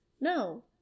No